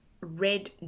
red